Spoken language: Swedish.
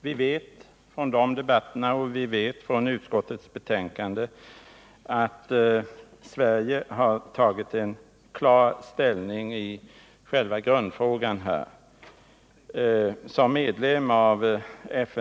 Vi vet från de tidigare debatterna och från utskottets betänkande att Sverige har tagit en klar ställning i själva grundfrågan.